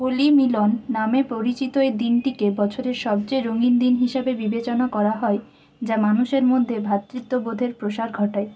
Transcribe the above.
হোলি মিলন নামে পরিচিত এ দিনটিকে বছরের সবচেয়ে রঙিন দিন হিসাবে বিবেচনা করা হয় যা মানুষের মধ্যে ভ্রাতৃত্ববোধের প্রসার ঘটায়